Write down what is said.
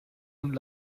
und